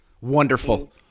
wonderful